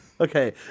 okay